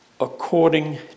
according